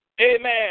amen